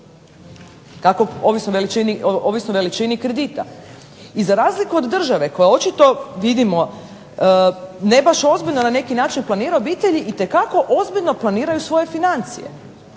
rata. Ovisno o veličini kredita. I za razliku od države koja očito vidimo ne baš ozbiljno na neki način planira obitelji itekako ozbiljno planiraju svoje financije,